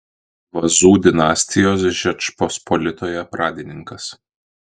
vazų dinastijos žečpospolitoje pradininkas